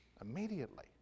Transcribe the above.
immediately